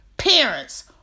Parents